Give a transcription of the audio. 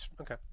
Okay